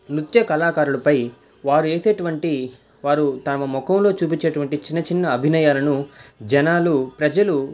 నృత్య కళాకారులపై వారు వేసేటువంటి వారు తమ మొఖంలో చూపించేటటువంటి చిన్న చిన్న అభినయాలను జనాలు ప్రజలు